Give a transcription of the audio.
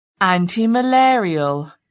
Antimalarial